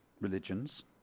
religions